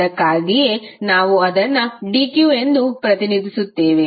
ಅದಕ್ಕಾಗಿಯೇ ನಾವು ಅದನ್ನು dq ಎಂದು ಪ್ರತಿನಿಧಿಸುತ್ತಿದ್ದೇವೆ